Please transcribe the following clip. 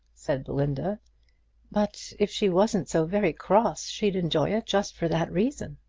said belinda but if she wasn't so very cross she'd enjoy it just for that reason.